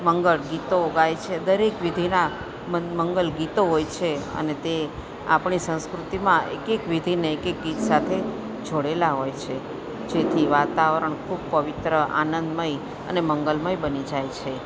મંગળ ગીતો ગાય છે દરેક વિધિના મં મંગલ ગીતો હોય છે અને તે આપણી સંસ્કૃતિમાં એક એક વિધિને એક એક ગીત સાથે જોડેલા હોય છે જેથી વાતાવરણ ખૂબ પવિત્ર આનંદમય અને મંગલમય બની જાય છે